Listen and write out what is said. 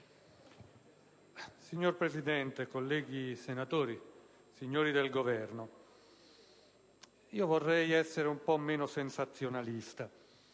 Signor Presidente, colleghi senatori, signori del Governo, vorrei essere un po' meno sensazionalista.